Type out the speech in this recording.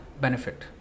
benefit